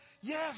yes